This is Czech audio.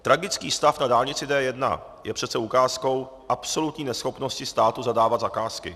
Tragický stav na dálnici D1 je přece ukázkou absolutní neschopnosti státu zadávat zakázky.